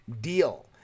deal